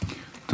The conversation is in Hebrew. (אומר ברוסית: יום ניצחון שמח).